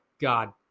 god